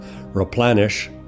replenish